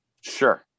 Sure